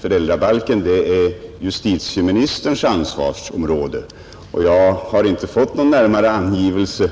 Föräldrabalken tillhör ju justitieministerns ansvarsområde och jag har inte fått någon närmare angivelse